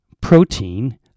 protein